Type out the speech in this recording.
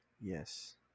Yes